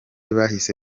bahise